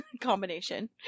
Combination